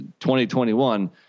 2021